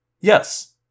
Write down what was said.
Yes